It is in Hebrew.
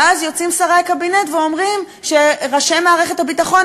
ואז יוצאים שרי הקבינט ואומרים שראשי מערכת הביטחון,